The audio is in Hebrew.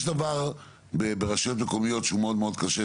יש דבר ברשויות מקומיות שהוא מאוד מאוד קשה,